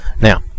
Now